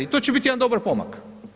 I to će biti jedan dobar pomak.